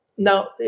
Now